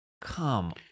come